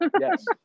Yes